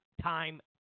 time